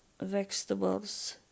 vegetables